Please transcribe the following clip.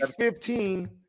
15